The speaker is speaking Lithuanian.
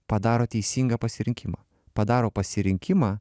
padaro teisingą pasirinkimą padaro pasirinkimą